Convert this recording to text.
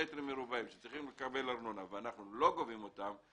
מטרים מרובעים שבגינם צריך לקבל ארנונה ואנחנו לא גובים אותה,